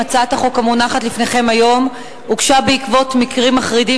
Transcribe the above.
הצעת החוק המונחת בפניכם היום הוגשה בעקבות מקרים מחרידים